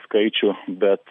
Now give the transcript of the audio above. skaičių bet